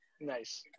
nice